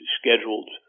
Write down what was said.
scheduled